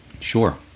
Sure